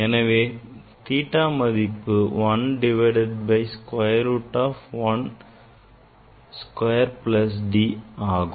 எனவே sine theta மதிப்பு l divided by square root of l square plus d square ஆகும்